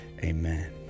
Amen